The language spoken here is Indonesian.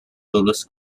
lulus